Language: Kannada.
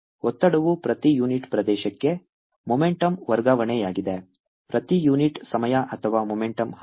ಒತ್ತಡವು ಪ್ರತಿ ಯೂನಿಟ್ ಪ್ರದೇಶಕ್ಕೆ ಮೊಮೆಂಟುಮ್ ವರ್ಗಾವಣೆಯಾಗಿದೆ ಪ್ರತಿ ಯೂನಿಟ್ ಸಮಯ ಅಥವಾ ಮೊಮೆಂಟುಮ್ ಹರಿವು